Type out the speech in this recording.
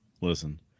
Listen